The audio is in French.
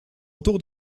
autour